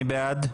מי בעד?